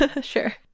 sure